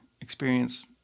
experience